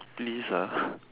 please